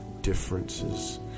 differences